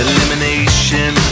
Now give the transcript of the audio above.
Elimination